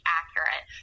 accurate